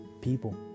people